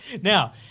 Now